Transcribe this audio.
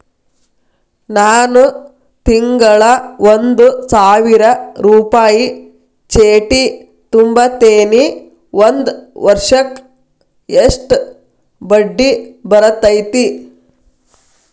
ನಾನು ತಿಂಗಳಾ ಒಂದು ಸಾವಿರ ರೂಪಾಯಿ ಚೇಟಿ ತುಂಬತೇನಿ ಒಂದ್ ವರ್ಷಕ್ ಎಷ್ಟ ಬಡ್ಡಿ ಬರತೈತಿ?